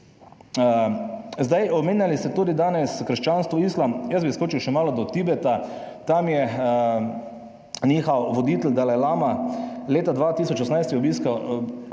Zdaj, omenjali ste tudi danes krščanstvo, islam. Jaz bi skočil še malo do Tibeta, tam je njihov voditelj Dalajlama leta 2018 je obiskal